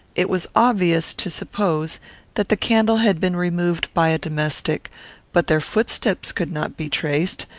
it was obvious to suppose that the candle had been removed by a domestic but their footsteps could not be traced,